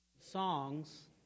...songs